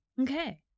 Okay